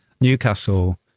Newcastle